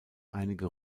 einige